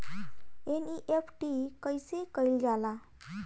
NEFT कइसे कइल जाला?